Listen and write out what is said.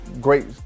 great